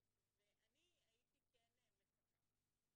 אני הייתי כן מצפה,